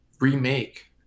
remake